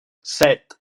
set